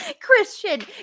Christian